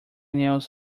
nails